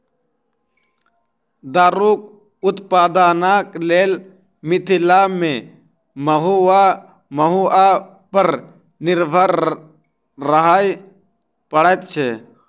दारूक उत्पादनक लेल मिथिला मे महु वा महुआ पर निर्भर रहय पड़ैत छै